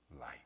light